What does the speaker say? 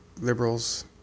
Liberals